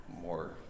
more